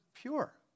pure